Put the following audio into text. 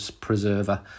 preserver